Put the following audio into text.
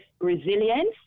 resilience